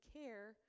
care